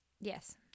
Yes